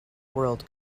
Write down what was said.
world